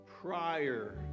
prior